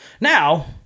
Now